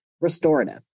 restorative